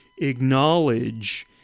acknowledge